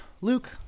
Luke